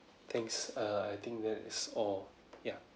thanks uh I think that is all ya